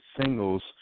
singles